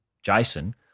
Jason